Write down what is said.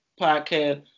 podcast